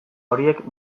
horiek